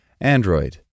Android